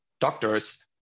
doctors